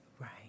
Right